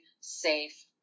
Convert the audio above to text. safe